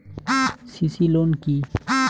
CC loan কি?